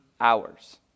hours